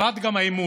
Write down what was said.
אבד גם האמון,